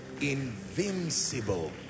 invincible